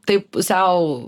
taip pusiau